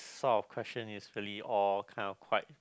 sort of question all kind of quite